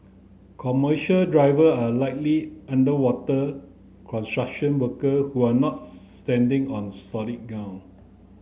commercial driver are likely underwater construction worker who are not standing on solid ground